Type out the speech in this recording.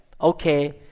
okay